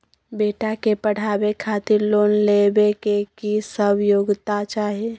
बेटा के पढाबै खातिर लोन लेबै के की सब योग्यता चाही?